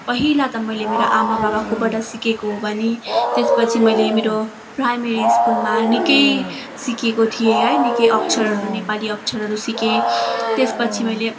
पहिला त मैले मेरो आमा बाबाकोबाट सिकेको हो भने त्यसपछि मैले मेरो प्राइमेरी स्कुलमा निकै सिकेको थिएँ है निकै अक्षरहरू नेपाली अक्षरहरू सिकेँ त्यसपछि मैले